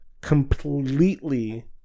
completely